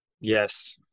Yes